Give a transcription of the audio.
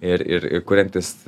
ir ir kuriantis